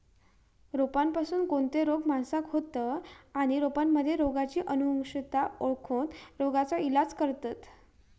रोपांपासून कोणते रोग माणसाका होतं आणि रोपांमध्ये रोगाची अनुवंशिकता ओळखोन रोगाचा इलाज करतत